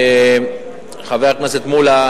חבר הכנסת מולה,